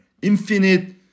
infinite